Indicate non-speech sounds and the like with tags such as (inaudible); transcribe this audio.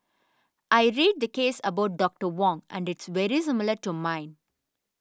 I read the case about Doctor Wong and it's very (unintelligible) to mine